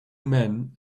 men